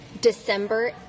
December